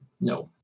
No